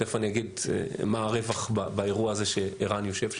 תיכף אני אגיד מה הרווח באירוע הזה שערן יושב שם.